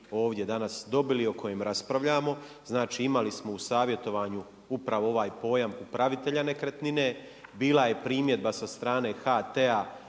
ovdje danas dobili o kojem raspravljamo. Znači imali smo u savjetovanju upravo ovaj pojam upravitelja nekretnine. Bila je primjedba sa strane HT-a